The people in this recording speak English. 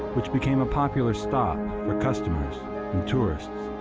which became a popular stop for customers and tourists,